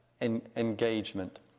engagement